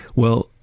well,